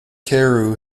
carew